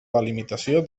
delimitació